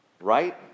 Right